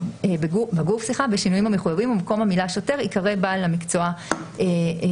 בגוף בשינויים המחוייבים ובמקום המילה "שוטר" יקרא "בעל מקצוע רפואי".